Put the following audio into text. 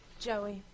Joey